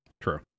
True